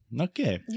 Okay